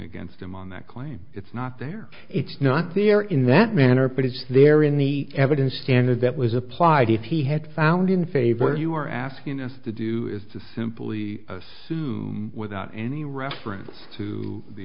against him on that claim it's not there it's not there in that manner but it's there in the evidence standard that was applied if he had found in favor you are asking us to do is to simply assume without any reference to the